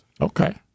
Okay